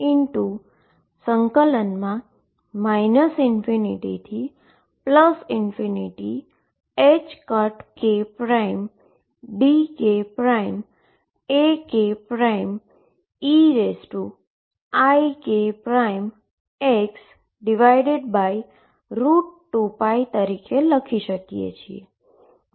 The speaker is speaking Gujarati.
જેને ∞dx ∞dkAke ikx2π ∞kdkAkeikx2π તરીકે લખી શકાય છે